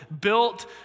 built